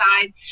side